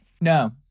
no